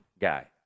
guy